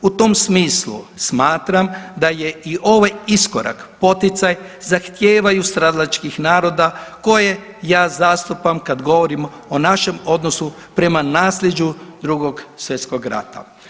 U tom smislu smatram da je i ovaj iskorak poticaj zahtijevaju stradalačkih naroda koje ja zastupam kad govorim o našem odnosu prema naslijeđu Drugog svjetskog rata.